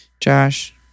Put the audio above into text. Josh